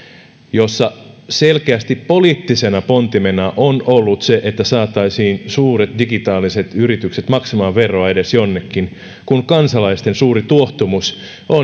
jossa selkeästi poliittisena pontimena on ollut se että saataisiin suuret digitaaliset yritykset maksamaan veroa edes jonnekin kun kansalaisten suuri tuohtumus on